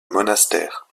monastère